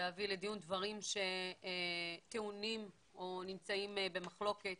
להביא לדיון דברים טעונים או נמצאים במחלוקת